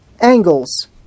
angles